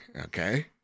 okay